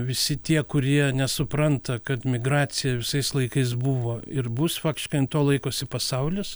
visi tie kurie nesupranta kad migracija visais laikais buvo ir bus faktiškai ant to laikosi pasaulis